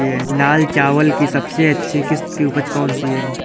लाल चावल की सबसे अच्छी किश्त की उपज कौन सी है?